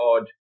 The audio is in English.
odd